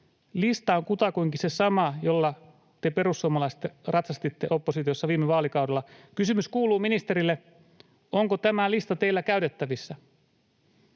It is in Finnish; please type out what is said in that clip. lista on kutakuinkin se sama, jolla te perussuomalaiset ratsastitte oppositiossa viime vaalikaudella. Kysymys kuuluu ministerille: onko tämä lista teillä käytettävissä,